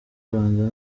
rwanda